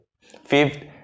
fifth